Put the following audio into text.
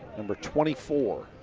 number twenty four.